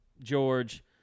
george